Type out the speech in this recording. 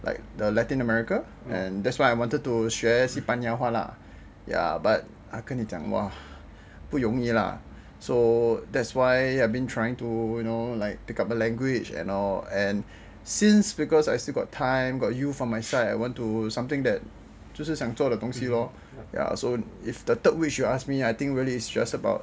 like the latin america and that's why I wanted to 学西班牙话 lah but I 跟你讲 !wah! 不容易 ah so that's why I've been trying to you know like pick up a language and all and since because I still got time got youth on my side I want to do something that 就是想做的东西 lor ya so if the third wish you ask me I think really is just about